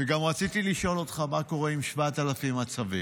וגם רציתי לשאול אותך מה קורה עם 7,000 הצווים.